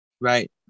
Right